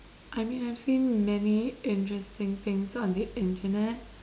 I mean I've seen many interesting things on the internet